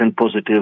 positive